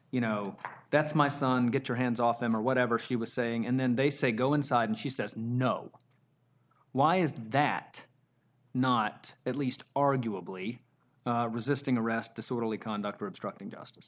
you know that's my son get your hands off them or whatever she was saying and then they say go inside and she says no why is that not at least arguably resisting arrest disorderly conduct or obstructing just